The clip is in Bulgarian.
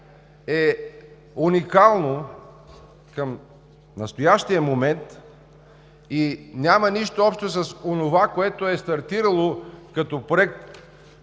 е уникално към настоящия момент и няма нищо общо с онова, което е стартирало като проект